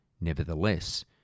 Nevertheless